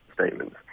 statements